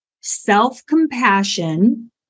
self-compassion